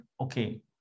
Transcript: okay